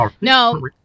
no